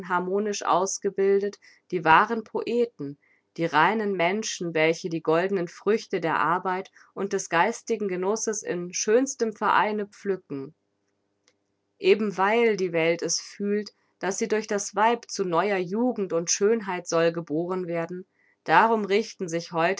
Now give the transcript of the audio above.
harmonisch ausgebildet die wahren poeten die reinen menschen welche die goldenen früchte der arbeit und des geistigen genusses in schönstem vereine pflücken eben weil die welt es fühlt daß sie durch das weib zu neuer jugend und schönheit soll geboren werden darum richten sich